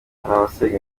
abasenga